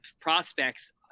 prospects